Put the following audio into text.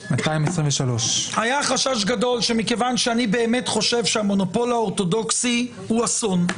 223. היה חשש גדול שמכיוון שאני חושב שהמונופול האורתודוכסי הוא אסון,